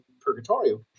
purgatorio